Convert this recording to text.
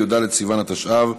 י"ד בסיוון תשע"ו,